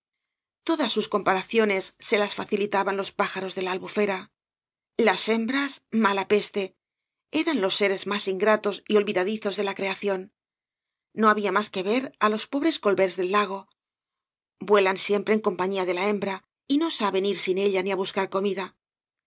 todas bus comparaciones se las facilitaban los pájaros de la albufera las hembras mala peste eran los seres más ingratos y olvidadizos de la creación no había mas que ver á los pobres collvérts del lago vuelan siempre en compa fila de la hembra y no saben ir sin ella ni á bus car la comida